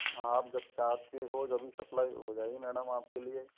आप जब चाहते हो जब ही सप्लाई हो जाएंगी मैडम आपके लिए